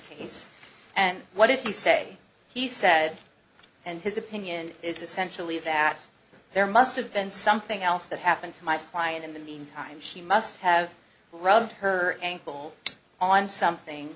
case and what did he say he said and his opinion is essentially that there must've been something else that happened to my client in the meantime she must have rubbed her ankle on something